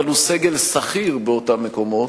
אבל הוא סגל שכיר באותם מקומות,